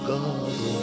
God